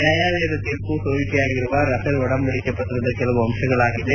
ನ್ನಾಯಾಲಯದ ತೀರ್ಮ ಸೋರಿಕೆಯಾಗಿರುವ ರಫೇಲ್ ಒಡಂಬಡಿಕೆ ಪತ್ರದ ಕೆಲವು ಅಂಶಗಳಾಗಿವೆ